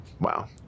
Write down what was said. wow